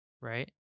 Right